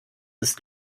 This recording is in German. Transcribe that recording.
ist